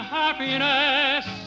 happiness